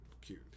cute